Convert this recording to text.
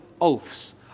oaths